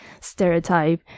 stereotype